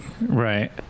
Right